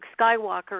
Skywalker